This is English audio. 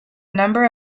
number